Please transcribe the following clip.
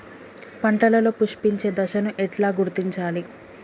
పంటలలో పుష్పించే దశను ఎట్లా గుర్తించాలి?